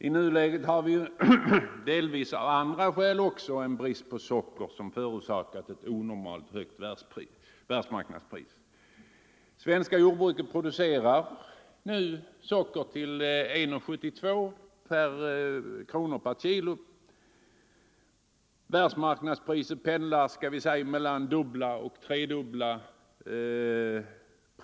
I nuläget har vi, delvis av andra skäl än brist på socker, ett onormalt högt världsmarknadspris. Det svenska jordbruket producerar nu socker till 1:72 kronor per kilogram. Världsmarknadspriset pendlar mellan det dubbla och det tredubbla.